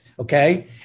okay